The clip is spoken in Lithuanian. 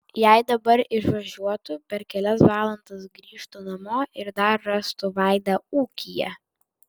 jei dabar išvažiuotų per kelias valandas grįžtų namo ir dar rastų vaidą ūkyje